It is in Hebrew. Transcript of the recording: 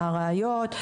מה הראיות.